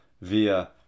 via